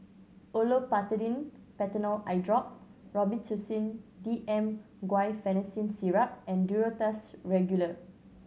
Olopatadine Patanol Eyedrop Robitussin D M Guaiphenesin Syrup and Duro Tuss Regular